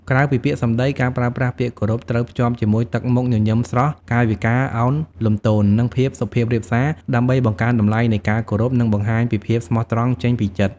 ក្រៅពីពាក្យសម្ដី ការប្រើប្រាស់ពាក្យគោរពត្រូវភ្ជាប់ជាមួយទឹកមុខញញឹមស្រស់ កាយវិការឱនលំទោន និងភាពសុភាពរាបសា ដើម្បីបង្កើនតម្លៃនៃការគោរព និងបង្ហាញពីភាពស្មោះត្រង់ចេញពីចិត្ត។